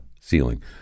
ceiling